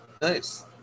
Nice